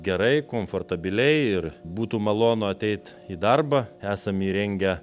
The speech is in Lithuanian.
gerai komfortabiliai ir būtų malonu ateit į darbą esam įrengę